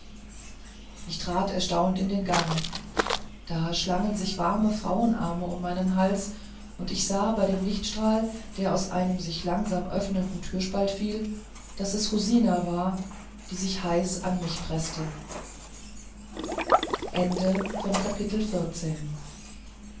ich trat erstaunt in den gang da schlangen sich warme frauenarme um meinen hals und ich sah bei dem lichtstrahl der aus einem sich langsam öffnenden türspalt fiel daß es rosina war die sich heiß an mich preßte